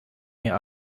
mir